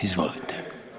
Izvolite.